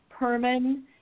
Perman